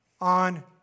on